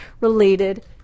related